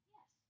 Yes